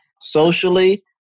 socially